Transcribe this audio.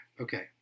Okay